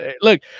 look